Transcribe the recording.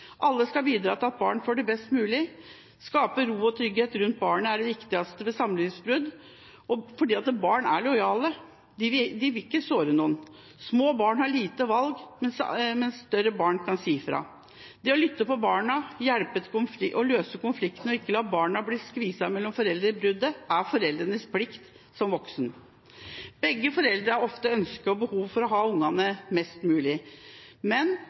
Alle skal bidra til at barn får det best mulig. Det å skape ro og trygghet rundt barn ved samlivsbrudd må være det viktigste. Barn er lojale og vil ikke såre noen. Små barn har lite valg, mens større barn kan si ifra. Det å lytte til barna, få hjelp til å løse konflikter og ikke la barna bli skvist mellom foreldrene i bruddet, er foreldres plikt som voksne. Begge foreldre har ofte ønske og behov for å ha barna sine mest mulig, men